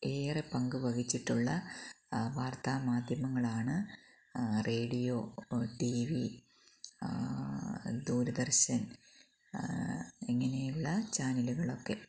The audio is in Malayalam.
ഏറെ പങ്കുവഹിച്ചിട്ടുള്ള വാര്ത്താമാധ്യമങ്ങളാണ് റേഡിയോ ദൂരദര്ശന് ഇങ്ങനെയുള്ള ചാനലുകളൊക്കെ